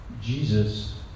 Jesus